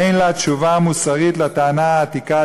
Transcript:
אין לה תשובה מוסרית לטענה העתיקה: